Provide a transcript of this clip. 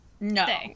no